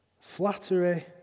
flattery